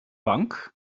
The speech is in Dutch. bank